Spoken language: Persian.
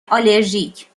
آلرژیک